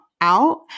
out